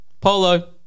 Polo